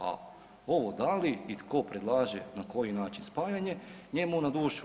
A ovo da li i tko predlaže na koji način spajanje, njemu na dušu.